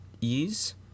ease